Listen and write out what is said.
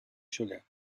sugar